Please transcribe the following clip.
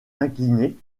inclinés